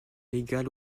légal